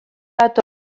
bat